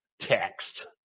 text